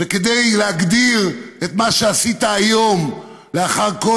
וכדי להגדיר את מה שעשית היום, לאחר כל